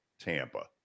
Tampa